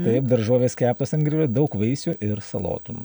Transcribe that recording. taip daržovės keptos ant grilio daug vaisių ir salotų